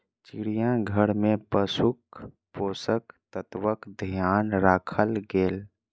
चिड़ियाघर में पशुक पोषक तत्वक ध्यान राखल गेल